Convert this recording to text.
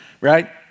right